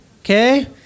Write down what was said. okay